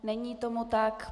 Není tomu tak.